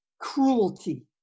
cruelty